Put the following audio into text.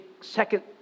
Second